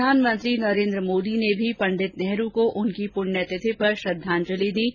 प्रधानमंत्री नरेन्द्र मोदी ने भी पंडित नेहरू को उनकी पुण्यतिथि पर श्रद्वांजलि दी है